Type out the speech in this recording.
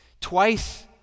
Twice